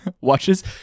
watches